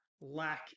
lack